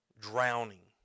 drowning